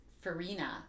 Farina